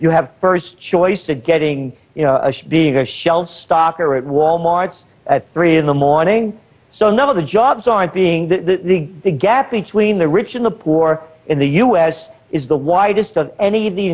you have first choice to getting you know being a shelf stocker at wal mart's three in the morning so none of the jobs aren't being that the gap between the rich and the poor in the us is the widest of any of the